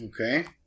Okay